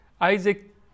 Isaac